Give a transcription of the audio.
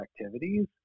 activities